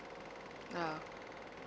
uh